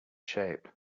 shape